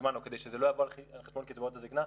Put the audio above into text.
זמן או כדי שזה לא יבוא על חשבון קצבאות הזקנה?